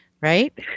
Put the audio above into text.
right